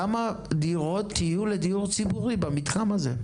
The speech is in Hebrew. כמה דירות יהיו לדיור ציבורי במתחם הזה?